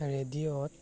ৰেডিঅ'ত